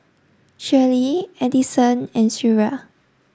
Shirlie Edison and Shreya